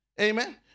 Amen